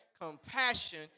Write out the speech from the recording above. compassion